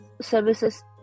services